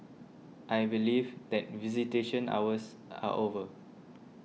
I believe that visitation hours are over